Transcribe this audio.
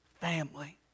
family